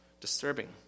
disturbing